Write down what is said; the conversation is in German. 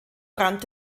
brand